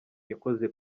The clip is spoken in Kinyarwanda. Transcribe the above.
yakoze